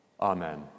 Amen